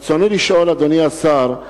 אדוני השר,